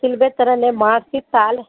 ಶಿಲ್ಬೆ ಥರನೇ ಮಾಡಿಸಿ ತಾಳಿ